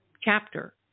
chapter